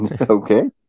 Okay